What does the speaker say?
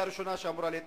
היא הראשונה שאמורה להתנצל.